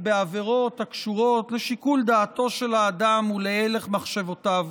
בעבירות הקשורות לשיקול דעתו של האדם ולהלך מחשבותיו.